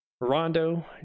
Rondo